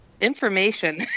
information